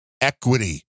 equity